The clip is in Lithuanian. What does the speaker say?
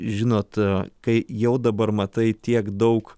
žinot kai jau dabar matai tiek daug